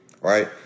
Right